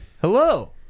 Hello